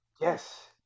yes